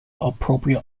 appropriate